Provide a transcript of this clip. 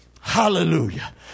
Hallelujah